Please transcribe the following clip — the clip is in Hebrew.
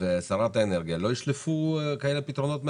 ושרת האנרגיה לא ישלפו כאלה פתרונות מהמותן,